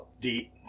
deep